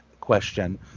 question